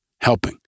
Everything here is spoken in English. helping